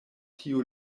tiu